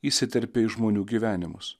įsiterpė į žmonių gyvenimus